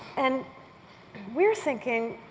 and we're thinking,